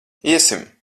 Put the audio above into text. iesim